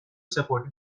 سپردی